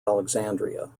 alexandria